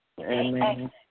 Amen